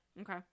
okay